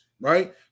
right